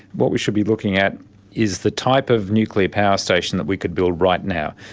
what we should be looking at is the type of nuclear power station that we could build right now.